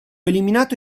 eliminato